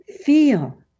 feel